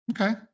Okay